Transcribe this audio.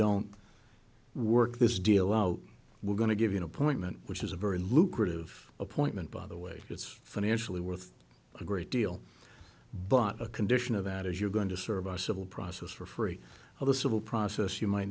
don't work this deal out we're going to give you an appointment which is a very lucrative appointment by the way it's financially worth a great deal but a condition of that is you're going to serve our civil process for free of the civil process you might